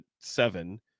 seven